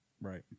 Right